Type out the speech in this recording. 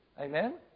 Amen